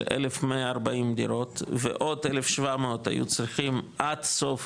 1,140 דירות ועוד 1,700 היו צריכים עד סוף